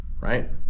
right